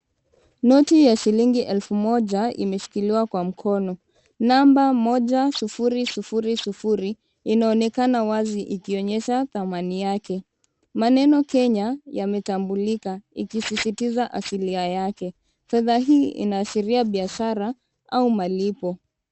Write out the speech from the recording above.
Noti ya shilingi elfu moja imeshikiliwa kwa mkono, namba moja sufuri sufuri sufuri inaonekana wazi ikionyesha thamani yake. Maneno Kenya yametambulika ikisisitiza asilia yake, fedha hii inaashiria biashara au malipo.